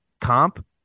comp